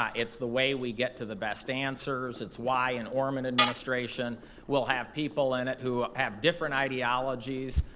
um it's the way we get to the best answers it's why an orman administration will have people in it who have different ideologies,